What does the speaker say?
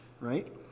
right